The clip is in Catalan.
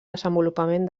desenvolupament